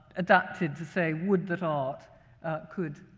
adapted to say, would that art could